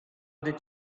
did